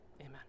Amen